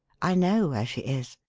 i know where she is.